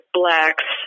blacks